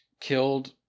killed